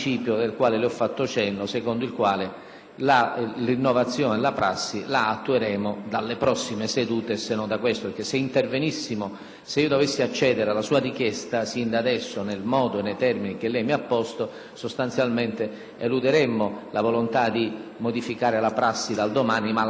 l'innovazione alla prassi dalle prossime sedute e non da questa. Se dovessi accedere alla sua richiesta sin da adesso nel modo e nei termini che lei ha posto, sostanzialmente eluderemmo la volontà di modificare la prassi da domani ma l'attueremmo immediatamente; non mi sembrerebbe conducente.